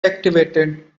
activated